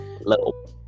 Little